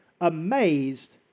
amazed